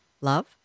Love